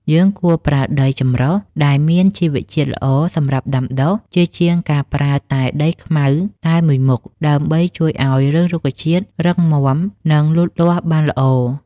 យើងគួរប្រើដីចម្រុះដែលមានជីវជាតិល្អសម្រាប់ដាំដុះ ជាជាងការប្រើតែដីខ្មៅតែមួយមុខ ដើម្បីជួយឱ្យឫសរុក្ខជាតិរឹងមាំ និង លូតលាស់បានល្អ។